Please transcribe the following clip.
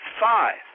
five